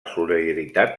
solidaritat